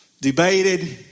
debated